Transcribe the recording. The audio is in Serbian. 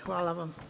Hvala vam.